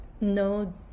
no